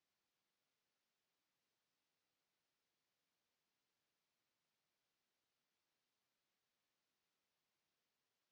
Kiitos.